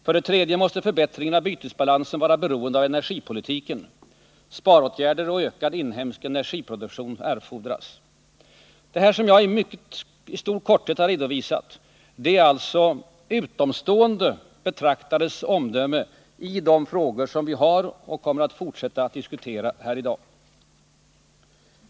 För det tredje måste förbättringen av bytesbalansen vara beroende av energipolitiken. Sparåtgärder och ökad inhemsk energiproduktion erfordras. Det jag i korthet redovisat här är alltså utomstående betraktares omdöme om de frågor vi kommer att fortsätta att diskutera i dag.